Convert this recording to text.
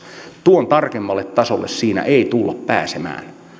tuon tarkemmalle tasolle siinä ei tulla pääsemään